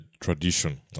tradition